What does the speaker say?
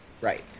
right